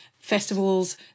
festivals